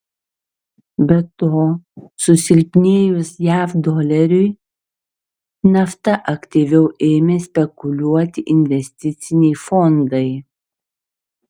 be to susilpnėjus jav doleriui nafta aktyviau ėmė spekuliuoti investiciniai fondai